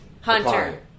Hunter